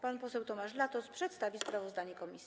Pan poseł Tomasz Latos przedstawi sprawozdanie komisji.